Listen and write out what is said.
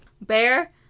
Bear